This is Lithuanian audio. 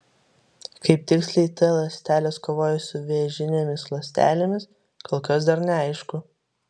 kaip tiksliai t ląstelės kovoja su vėžinėmis ląstelėmis kol kas dar neaišku